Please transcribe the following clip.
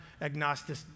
agnostic